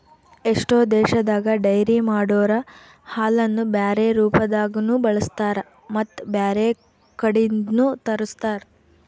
ಎಷ್ಟೋ ದೇಶದಾಗ ಡೈರಿ ಮಾಡೊರೊ ಹಾಲನ್ನು ಬ್ಯಾರೆ ರೂಪದಾಗನೂ ಬಳಸ್ತಾರ ಮತ್ತ್ ಬ್ಯಾರೆ ಕಡಿದ್ನು ತರುಸ್ತಾರ್